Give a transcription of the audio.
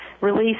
release